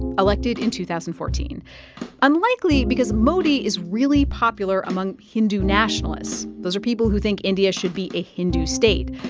elected in two thousand and fourteen unlikely because modi is really popular among hindu nationalists. those are people who think india should be a hindu state.